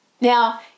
Now